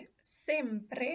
sempre